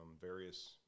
various